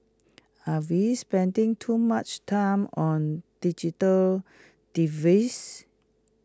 are we spending too much time on digital devices